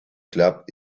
club